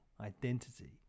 identity